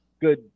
good